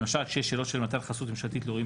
למשל כשיש שאלות של מתן חסות ממשלתית לאירועים